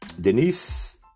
Denise